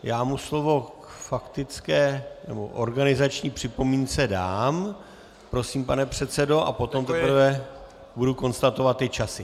Já mu slovo k faktické nebo organizační připomínce dám prosím, pane předsedo a potom teprve budu konstatovat ty časy.